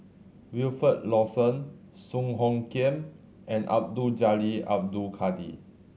Wilfed Lawson Song Hoot Kiam and Abdul Jalil Abdul Kadir